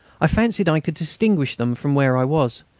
i fancied i could distinguish them from where i was,